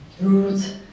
roots